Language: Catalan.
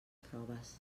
proves